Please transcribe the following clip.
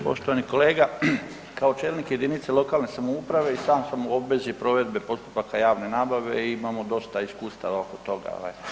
Poštovani kolega, kao čelnik jedinice lokalne samouprave i sam sam u obvezi provedbe postupaka javne nabave i imamo dosta iskustava oko toga.